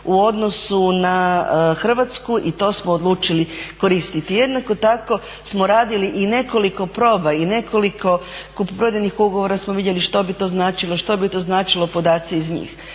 u odnosu na Hrvatsku i to smo odlučili koristiti. Jednako tako smo radili i nekoliko proba i nekoliko kupoprodajnih ugovora smo vidjeli što bi to značilo, što bi to značilo podaci iz njih.